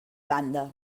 banda